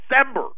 December